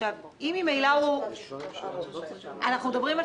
אנחנו מדברים על סיטואציה שהוא כבר ראה רופא באותו רבעון